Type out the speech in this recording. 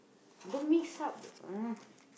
don't mix up the